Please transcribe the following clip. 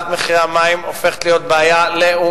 העלאת מחירי המים הופכת להיות בעיה לאומית,